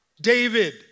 David